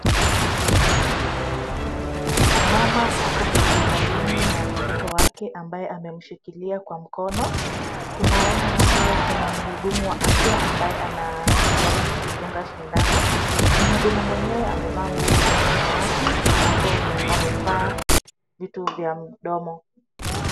Mama ako hospitalini na mtoto wake amabaye ameushikilia kwa mkono. Tunaona hapo kuna mhudumu wa afya ambaye anajaribu kumudunga shindano. Mhudumu mwenyewe amevaa nguo za samawati ambapo amevaa vitu vya mdomo.